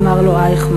אמר לו אייכמן,